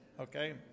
okay